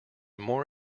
more